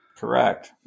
Correct